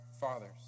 fathers